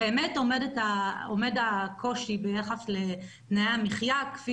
באמת עומד הקושי ביחס לתנאי המחיה כפי